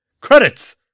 Credits